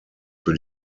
für